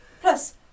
Plus